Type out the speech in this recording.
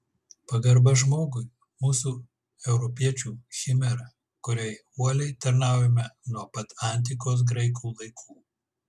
pagarba žmogui mūsų europiečių chimera kuriai uoliai tarnaujame nuo pat antikos graikų laikų